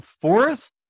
Forest